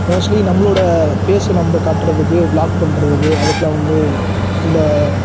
mostly நம்மளோடய ஃபேஸை நம்ம காட்டுறதுக்கு வ்ளாக் பண்ணுறதுக்கு அதுக்கெலாம் வந்து இந்த